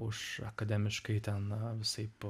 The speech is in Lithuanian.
už akademiškai ten visaip